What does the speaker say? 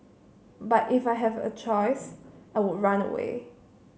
but if I have a choice I would run away